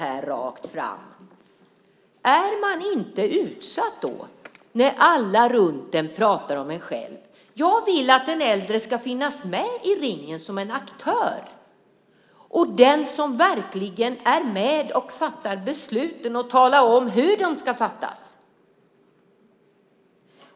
Är man inte utsatt då, när alla runt en pratar om en? Jag vill att den äldre ska finnas med i ringen som en aktör och verkligen vara med och fatta besluten och tala om hur de ska fattas.